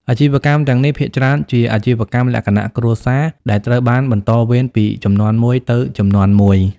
អាជីវកម្មទាំងនេះភាគច្រើនជាអាជីវកម្មលក្ខណៈគ្រួសារ ដែលត្រូវបានបន្តវេនពីជំនាន់មួយទៅជំនាន់មួយ។